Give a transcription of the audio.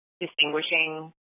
distinguishing